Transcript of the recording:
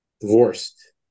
divorced